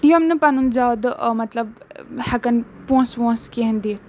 یِم نہٕ پَنُن زیادٕ مطلب ہٮ۪کَن پونٛسہٕ وونٛسہٕ کینٛہہ دِتھ